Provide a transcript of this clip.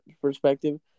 perspective